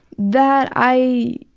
that i,